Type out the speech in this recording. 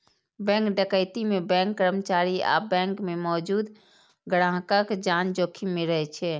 bank डकैती मे bank कर्मचारी आ बैंक मे मौजूद ग्राहकक जान जोखिम मे रहै छै